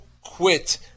quit